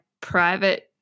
private